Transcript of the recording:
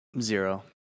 Zero